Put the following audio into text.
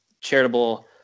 charitable